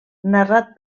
narrat